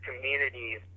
communities